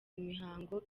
imihango